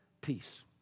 peace